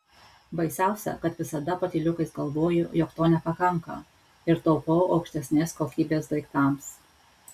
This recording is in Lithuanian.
baisiausia kad visada patyliukais galvoju jog to nepakanka ir taupau aukštesnės kokybės daiktams